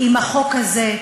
עם החוק הזה,